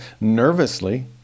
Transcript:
Nervously